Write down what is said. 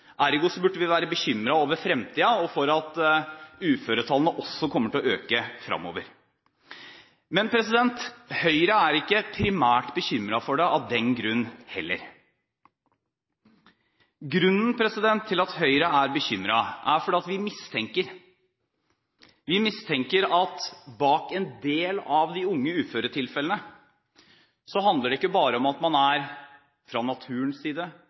burde vi være bekymret over fremtiden og for at uføretallene kommer til å øke framover. Men Høyre er ikke primært bekymret for det av den grunn heller. Grunnen til at Høyre er bekymret, er at vi mistenker at det for en del av de unge uføre-tilfellene ikke bare handler om at man fra naturens side,